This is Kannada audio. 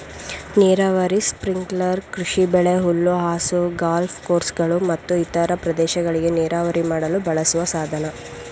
ನೀರಾವರಿ ಸ್ಪ್ರಿಂಕ್ಲರ್ ಕೃಷಿಬೆಳೆ ಹುಲ್ಲುಹಾಸು ಗಾಲ್ಫ್ ಕೋರ್ಸ್ಗಳು ಮತ್ತು ಇತರ ಪ್ರದೇಶಗಳಿಗೆ ನೀರಾವರಿ ಮಾಡಲು ಬಳಸುವ ಸಾಧನ